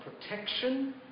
protection